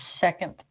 second